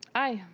aye.